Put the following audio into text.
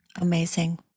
Amazing